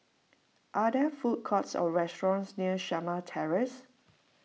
are there food courts or restaurants near Shamah Terrace